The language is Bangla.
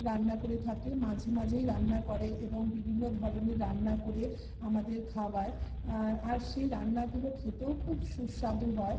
রান্না করে থাকে মাঝে মাঝেই রান্না করে এবং বিভিন্ন ধরনের রান্না করে আমাদের খাওয়ায় আর সেই রান্নাগুলো খেতেও খুব সুস্বাদু হয়